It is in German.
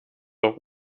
auch